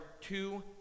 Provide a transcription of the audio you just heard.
two